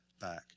back